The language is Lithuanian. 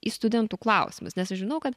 į studentų klausimus nes aš žinau kad